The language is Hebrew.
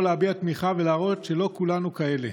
להביע תמיכה ולהראות שלא כולנו כאלה.